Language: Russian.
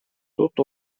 тут